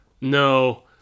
No